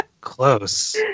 close